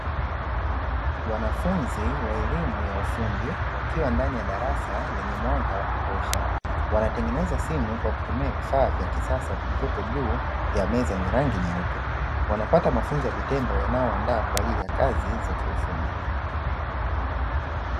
Wanafunzi wa elimu ya ufundi, wakiwa ndani ya darasa lenye mwanga wa kutosha, wanatengeneza simu kwa kutumia vifaa vya kisasa vilivyopo juu ya meza yenye rangi nyeupe. Wanapata mafunzo ya vitendo yanayo waandaa kwa ajili ya kazi za kiufundi.